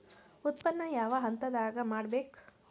ಉತ್ಪನ್ನ ಯಾವ ಹಂತದಾಗ ಮಾಡ್ಬೇಕ್?